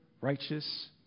righteous